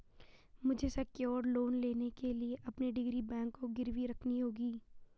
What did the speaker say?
मुझे secured loan लेने के लिए अपनी डिग्री बैंक को गिरवी रखनी होगी